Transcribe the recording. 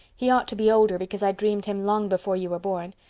he ought to be older because i dreamed him long before you were born.